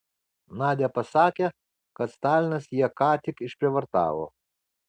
nadia pasakė kad stalinas ją ką tik išprievartavo